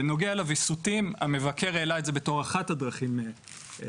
בנוגע לוויסותם המבקר העלה את זה בתור אחת הדרכים לבדוק.